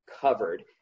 covered